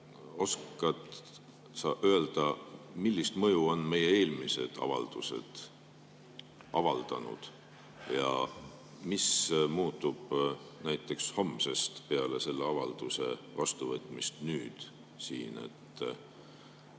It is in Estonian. Oskad sa öelda, millist mõju on meie eelmised avaldused avaldanud ja mis muutub näiteks homsest, peale selle avalduse vastuvõtmist nüüd siin?